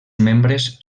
membres